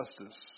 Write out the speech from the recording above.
justice